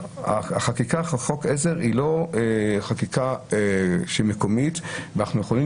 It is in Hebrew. חקיקת חוק עזר היא לא חקיקה מקומית ואנחנו יכולים